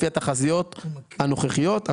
לפי התחזיות הנוכחיות,